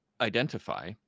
identify